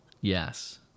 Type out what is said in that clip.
Yes